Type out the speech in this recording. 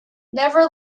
never